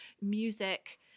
music